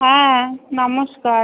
হ্যাঁ নমস্কার